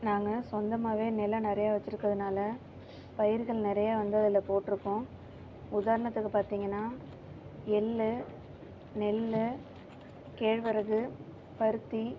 நாங்கள் சொந்தமாகவே நிலம் நிறைய வச்சிருக்கறதனால பயிர்கள் நிறைய வந்து அதில் போட்டிருக்கோம் உதாரணத்துக்கு பார்த்திங்கனா எள் நெல் கேழ்வரகு பருத்தி